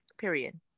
Period